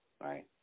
right